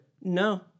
No